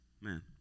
man